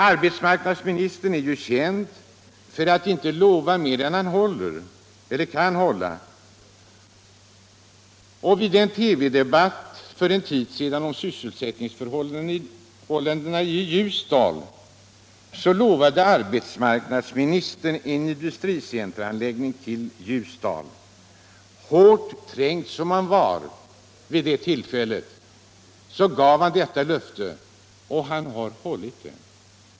Arbetsmarknadsministern är ju känd för att inte lova mer än han kan hålla, och vid en TV-debatt för en tid sedan om sysselsättningsförhållandena i Ljusdal utlovade arbetsmarknadsministern en industricenteranläggning där. Hårt trängd som han var vid det tillfället så gav han detta löfte, och han har hållit det.